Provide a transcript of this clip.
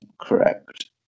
correct